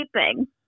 sleeping